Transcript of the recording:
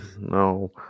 no